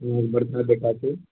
आओर बड़का बेटाके